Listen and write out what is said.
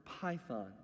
python